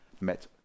met